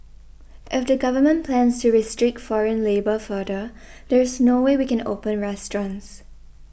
if the Government plans to restrict foreign labour further there is no way we can open restaurants